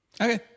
Okay